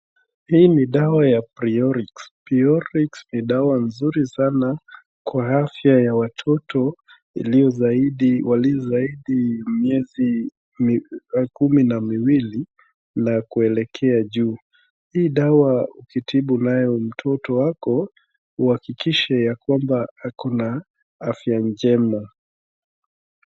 Hii ni dawa ya {cs}preorix{cs}. {cs}preorix{cs} ni dawa nzuri sana kwa afya ya watoto waliozidi miezi kumi na miwili na kuelekea juu. Hii dawa ukitibu nayo mtoto wako, uhakikishe ya kuwa ana afya njema